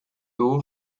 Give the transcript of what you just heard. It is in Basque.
dugu